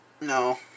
No